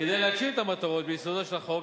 כדי להגשים את המטרות ביסודו של החוק,